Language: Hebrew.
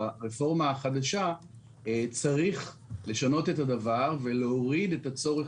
ברפורמה החדשה צריך לשנות את הדבר ולהוריד את הצורך